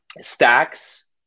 stacks